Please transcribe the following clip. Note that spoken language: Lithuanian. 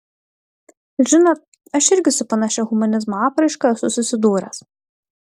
žinot aš irgi su panašia humanizmo apraiška esu susidūręs